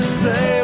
say